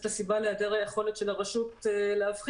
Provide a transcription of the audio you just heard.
מתייחסת לסיבה להיעדר היכולת של הרשות להבחין